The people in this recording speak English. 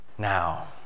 Now